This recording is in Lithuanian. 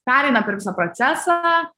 pereina per visą procesą